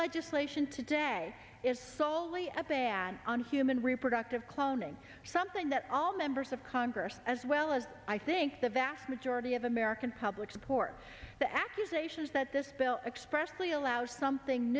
legislation today is solely a ban on human reproductive cloning something that all members of congress as well as i think the vast majority of american public support the accusations that this bill expressly allows something